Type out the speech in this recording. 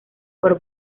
por